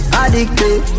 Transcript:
addicted